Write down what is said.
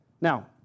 Now